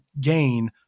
gain